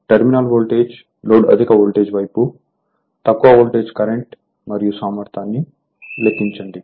terminal voltage load అధిక voltage వైపు తక్కువ వోల్టేజ్ కరెంట్ మరియు సామర్థ్యాన్ని ఏఫిషియన్సీ లెక్కించండి